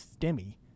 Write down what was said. STEMI